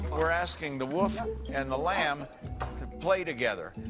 we're asking the wolf and the lamb to play together.